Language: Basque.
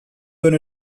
duen